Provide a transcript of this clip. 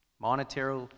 Monetary